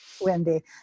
Wendy